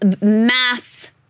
mass